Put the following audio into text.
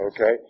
okay